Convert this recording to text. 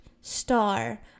Star